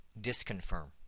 disconfirm